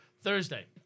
Thursday